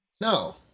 No